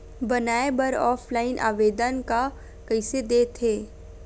बनाये बर ऑफलाइन आवेदन का कइसे दे थे?